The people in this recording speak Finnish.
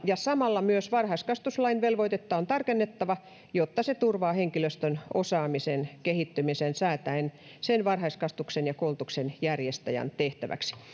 ja samalla myös varhaiskasvatuslain velvoitetta on tarkennettava jotta se turvaa henkilöstön osaamisen kehittymisen säätäen sen varhaiskasvatuksen ja koulutuksen järjestäjän tehtäväksi